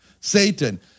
Satan